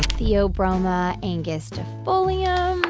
theobroma angustifolium